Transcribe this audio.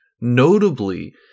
notably